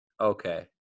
Okay